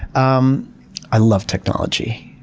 um i love technology.